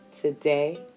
today